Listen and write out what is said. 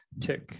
took